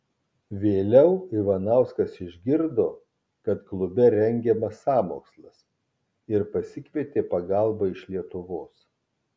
vėliau ivanauskas išgirdo kad klube rengiamas sąmokslas ir pasikvietė pagalbą iš lietuvos